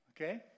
Okay